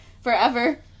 forever